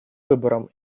выбором